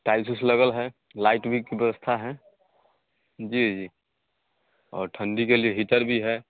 tiles उल्स लगल है लाइट भी व्यवस्था है जी जी और ठंड के लिए हीटर भी है